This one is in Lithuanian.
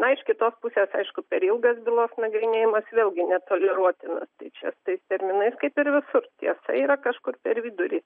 na iš kitos pusės aišku per ilgas bylos nagrinėjimas vėlgi netoleruotinas tai čia tais terminais kaip ir visur tiesa yra kažkur per vidurį